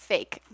Fake